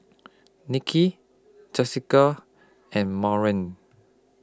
Niki Jessica and